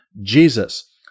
Jesus